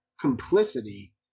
complicity